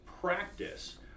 practice